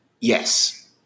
Yes